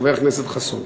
חבר הכנסת חסון.